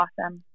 awesome